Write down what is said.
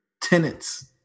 Tenants